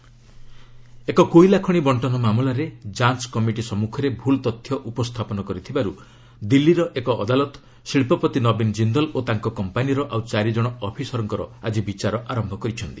court coal ଏକ କୋଇଲା ଖଣି ବଣ୍ଟନ ମାମଲାରେ ଯାଞ୍ଚ କମିଟି ସମ୍ମୁଖରେ ଭୁଲ୍ ତଥ୍ୟ ଉପସ୍ଥାପନ କରିଥିବାର୍ତ ଦିଲ୍ଲୀର ଏକ ଅଦାଲତ ଶିଳ୍ପପତି ନବୀନ ଜିନ୍ଦଲ ଓ ତାଙ୍କ କମ୍ପାନୀର ଆଉ ଚାରି କଣ ଅଫିସର୍କର ଆଜି ବିଚାର ଆରମ୍ଭ କରିଛନ୍ତି